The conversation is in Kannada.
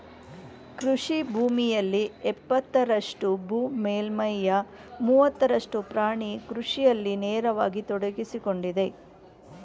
ಕೃಷಿ ಭೂಮಿಯಲ್ಲಿ ಎಪ್ಪತ್ತರಷ್ಟು ಭೂ ಮೇಲ್ಮೈಯ ಮೂವತ್ತರಷ್ಟು ಪ್ರಾಣಿ ಕೃಷಿಯಲ್ಲಿ ನೇರವಾಗಿ ತೊಡಗ್ಸಿಕೊಂಡಿದೆ